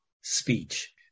speech